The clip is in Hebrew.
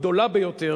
הגדולה ביותר